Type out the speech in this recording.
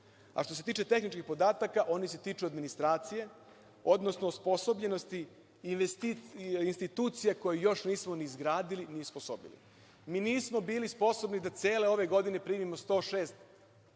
a što se tiče tehničkih podataka oni se tiču administracije, odnosno osposobljenosti institucija koje još nisu ni izgradili ni osposobili. Mi nismo bili sposobni da cele ove godine primimo 106